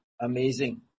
amazing